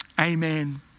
amen